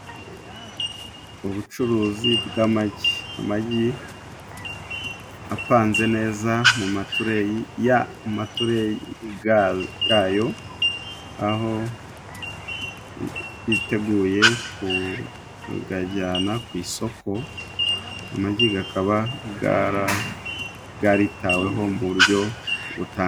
Ubucuruzi bw'amagi. Amagi apanze neza mu matureyi ya matureyi gayo, aho yiteguye kugajyana ku isoko. Amagi gakaba garitaweho mu buryo butandukanye.